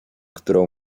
którą